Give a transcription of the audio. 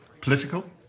Political